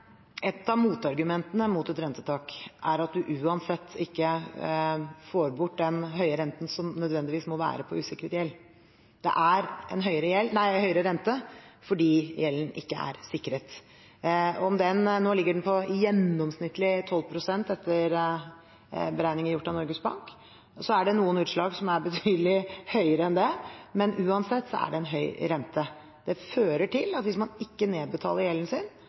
Et av argumentene mot et rentetak er at man uansett ikke får bort den høye renten som nødvendigvis må være på usikret gjeld. Det er en høyere rente fordi gjelden ikke er sikret. Nå ligger den på gjennomsnittlig 12 pst., etter beregninger gjort av Norges Bank. Så er det noen utslag som er betydelig høyere enn det, men uansett er det en høy rente. Det fører til at hvis man ikke nedbetaler gjelden sin,